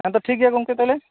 ᱦᱮᱸ ᱛᱚ ᱴᱷᱤᱠ ᱜᱮᱭᱟ ᱜᱚᱢᱠᱮ ᱛᱟᱦᱚᱞᱮ